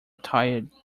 tired